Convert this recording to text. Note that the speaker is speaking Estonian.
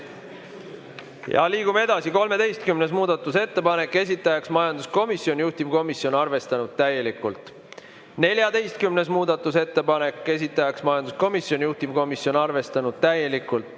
Liigume edasi. 13. muudatusettepanek, esitaja on majanduskomisjon, juhtivkomisjon on arvestanud täielikult. 14. muudatusettepanek, esitaja on majanduskomisjon, juhtivkomisjon on arvestanud täielikult.